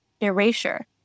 erasure